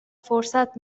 فرصت